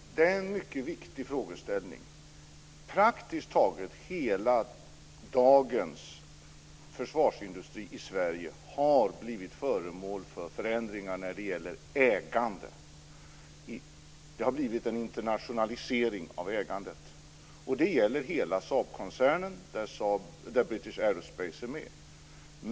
Fru talman! Det är en mycket viktig frågeställning. Praktiskt taget hela dagens försvarsindustri i Sverige har blivit föremål för förändringar när det gäller ägandet. Det har blivit en internationalisering av ägandet. Det gäller hela Saabkoncernen där British Aerospace är med.